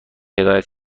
هدایت